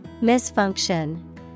Misfunction